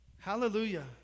hallelujah